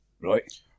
right